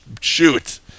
shoot